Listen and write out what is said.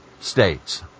states